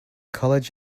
college